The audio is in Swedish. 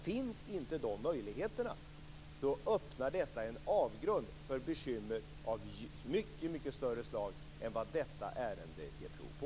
Finns inte de möjligheterna öppnar detta en avgrund för bekymmer av mycket större slag än detta ärende ger prov på.